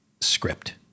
script